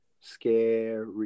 Scary